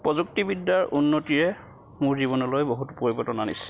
প্ৰযুক্তিবিদ্যাৰ উন্নতিয়ে মোৰ জীৱনলৈ বহুত পৰিৱৰ্তন আনিছে